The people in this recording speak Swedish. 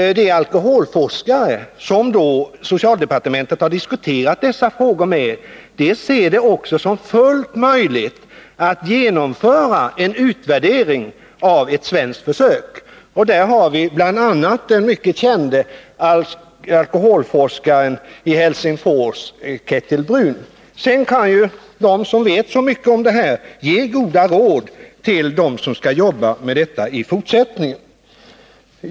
De alkoholforskare som socialdepartementet har diskuterat dessa frågor med ser det också som fullt möjligt att genomföra en utvärdering av ett svenskt försök. Där har vi bl.a. den mycket kände alkoholforskaren i Helsingfors Kettil Bruun. Sedan kan ju de som vet så mycket om det här ge goda råd till dem som skall jobba med detta i fortsättningen.